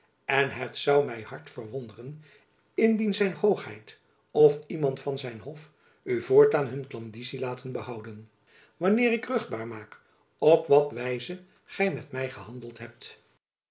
en het zou my hard verwonderen indien zijn hoogheid of iemand van zijn hof u voortaan hun klandizie laten behouden jacob van lennep elizabeth musch wanneer ik ruchtbaar maak op wat wijze gy met my gehandeld hebt